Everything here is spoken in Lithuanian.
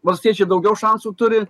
valstiečiai daugiau šansų turi